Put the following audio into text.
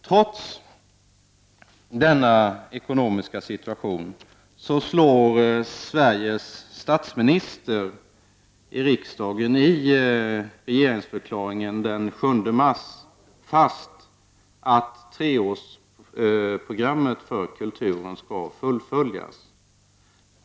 Trots denna ekonomiska situation slog Sveriges statsminister i regeringsförklaringen den 7 mars fast att treårsprogrammet för kulturen skall fullföljas.